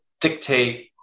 dictate